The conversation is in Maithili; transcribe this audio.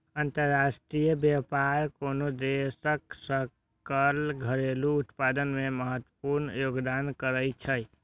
अंतरराष्ट्रीय व्यापार कोनो देशक सकल घरेलू उत्पाद मे महत्वपूर्ण योगदान करै छै